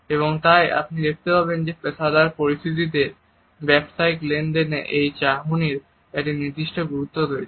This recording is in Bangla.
এবং তাই আপনি দেখতে পাবেন যে পেশাদার পরিস্থিতিতে ব্যবসায়িক লেনদেনে এই চাহনির একটি নির্দিষ্ট গুরুত্ব রয়েছে